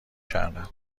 کردم